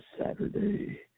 Saturday